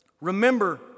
Remember